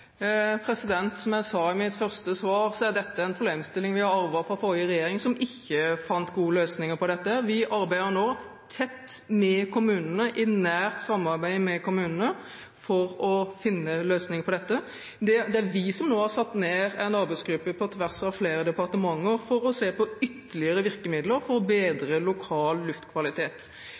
Som jeg sa i mitt første svar, er dette en problemstilling vi har arvet fra forrige regjering, som ikke fant gode løsninger på dette. Vi arbeider nå tett med kommunene for å finne løsninger på dette. Det er vi som nå har satt ned en arbeidsgruppe på tvers av flere departementer for å se på ytterligere virkemidler for å bedre lokal luftkvalitet.